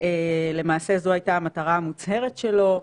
למעשה זו הייתה המטרה המוצהרת שלו.